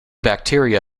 bacteria